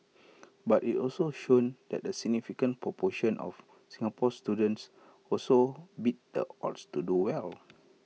but IT also showed that A significant proportion of Singapore students also beat the odds to do well